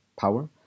power